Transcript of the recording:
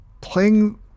Playing